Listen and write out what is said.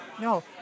No